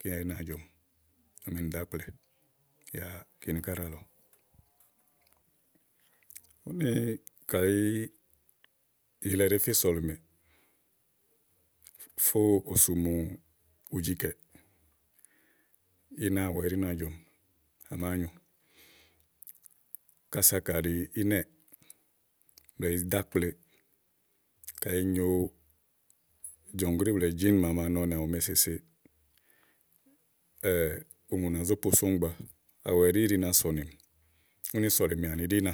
kíni ɛɖí na, jɔ̀mi eme ni dò ákple yáá kíni ká ɖíàlɔ uni kayi ì yilɛ ɖèé fe sɔ̀lìmè fó sùumu ojikɛ̀, inaàwù ɛɖí na jɔ̀mi à màáa nyo. kása kàɖi ínɛ̀ blɛɛ ìí ɖo ákple, ka ì nyo jɔ̀ŋgríì blɛ̀ɛ jìínì màa a ma nɔ nì àwù máa èsèse ùŋù nà zó posomi gbàa awu ɛɖí na sɔ̀nìmìúni sɔ̀lìmè àni ɖí ina